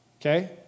Okay